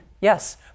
yes